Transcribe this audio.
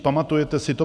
Pamatujete si to?